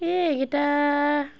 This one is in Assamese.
এ এইকেইটা